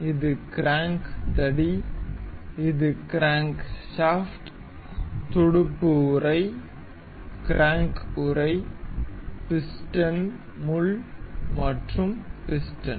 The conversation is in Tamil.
இது க்ராங்க் தடி இது கிரான்க்ஷாஃப்ட் துடுப்பு உறை க்ராங்க் உறை பிஸ்டன் முள் மற்றும் பிஸ்டன்